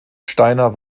steiner